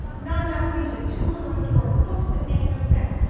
not enough music. too little indoors. books that make no sense.